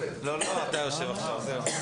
בבקשה.